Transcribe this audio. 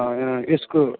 यसको